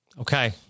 Okay